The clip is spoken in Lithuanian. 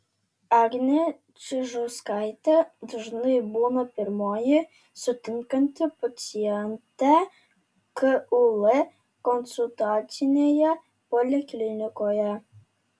agnė čižauskaitė dažnai būna pirmoji sutinkanti pacientę kul konsultacinėje poliklinikoje